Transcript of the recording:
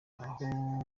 aho